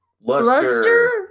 luster